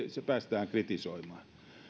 päästään kritisoimaan